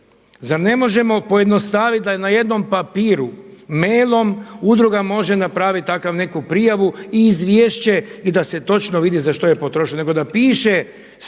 Zar ne možemo pojednostavit da je na jednom papiru mailom udruga može napravit takvu neku prijavu i izvješće i da se točno vidi za što je potrošeno, nego da piše